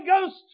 Ghost